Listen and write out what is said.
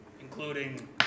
Including